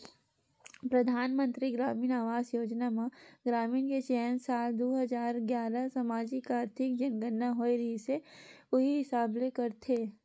परधानमंतरी गरामीन आवास योजना म ग्रामीन के चयन साल दू हजार गियारा म समाजिक, आरथिक जनगनना होए रिहिस उही हिसाब ले करथे